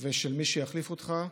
ושל מי שיחליף אותך.